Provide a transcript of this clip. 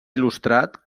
il·lustrat